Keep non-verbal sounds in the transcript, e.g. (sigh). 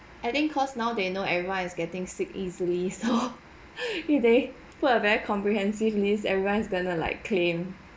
I think cause now they know everyone is getting sick easily so (laughs) if they put a very comprehensive list everyone is gonna like claim